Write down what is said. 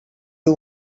you